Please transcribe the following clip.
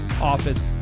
office